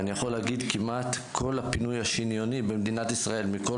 אני יכול להגיד שכמעט כל הפינוי השניוני במדינת ישראל מכל